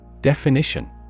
definition